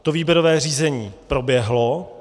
To výběrové řízení proběhlo.